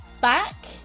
back